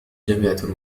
جامعة